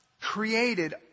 created